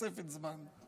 תוספת זמן.